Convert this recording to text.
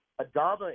Adama